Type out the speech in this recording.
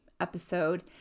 episode